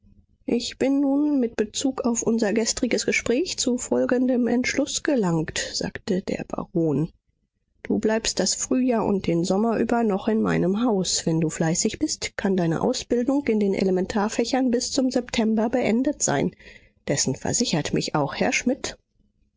ich bin nun mit bezug auf unser gestriges gespräch zu folgendem entschluß gelangt sagte der baron du bleibst das frühjahr und den sommer über noch in meinem haus wenn du fleißig bist kann deine ausbildung in den elementarfächern bis zum september beendet sein dessen versichert mich auch herr schmidt